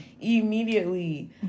immediately